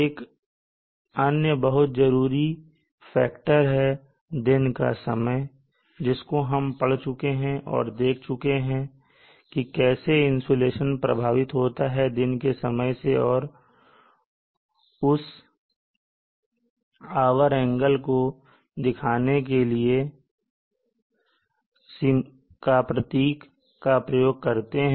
एक अन्य बहुत जरूरी कारक है दिन का समय जिसको हम पढ़ चुके हैं और देख चुके हैं कि कैसे इंसुलेशन प्रभावित होता है दिन के समय से और उस आवर कोण को दिखाने के लिए ɷ प्रतीक का प्रयोग करते हैं